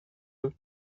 eux